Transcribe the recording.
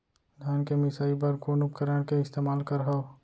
धान के मिसाई बर कोन उपकरण के इस्तेमाल करहव?